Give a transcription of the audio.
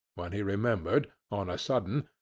when he remembered, on a sudden,